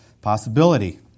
possibility